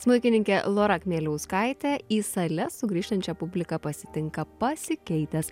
smuikininkė lora kmieliauskaitė į sales sugrįžtančią publiką pasitinka pasikeitęs